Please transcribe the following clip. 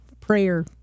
prayer